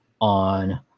on